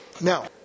Now